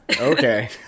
Okay